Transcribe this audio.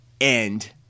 end